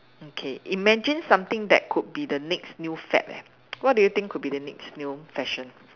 okay imagine something that could be the next new fad what do you think could be the next new fashion